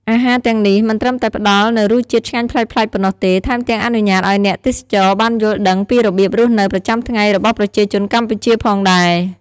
អាហារទាំងនេះមិនត្រឹមតែផ្តល់នូវរសជាតិឆ្ងាញ់ប្លែកៗប៉ុណ្ណោះទេ ថែមទាំងអនុញ្ញាតឱ្យអ្នកទេសចរបានយល់ដឹងពីរបៀបរស់នៅប្រចាំថ្ងៃរបស់ប្រជាជនកម្ពុជាផងដែរ។